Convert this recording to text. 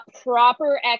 proper